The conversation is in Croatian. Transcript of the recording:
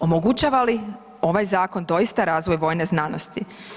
Omogućava li ovaj zakon doista razvoj vojne znanosti?